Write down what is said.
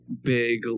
big